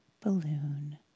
balloon